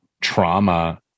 trauma